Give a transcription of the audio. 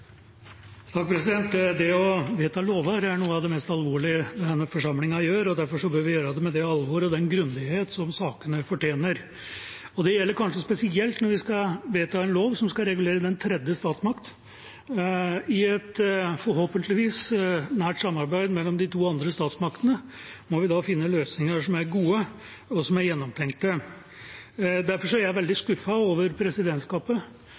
noe av det mest alvorlige denne forsamlingen gjør. Derfor bør vi gjøre det med det alvor og den grundighet som sakene fortjener. Det gjelder kanskje spesielt når vi skal vedta en lov som skal regulere den tredje statsmakt. I et, forhåpentligvis, nært samarbeid med de to andre statsmaktene må vi da finne løsninger som er gode, og som er gjennomtenkte. Derfor er jeg veldig skuffet over presidentskapet,